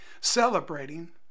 celebrating